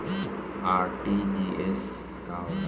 RTGS का होला?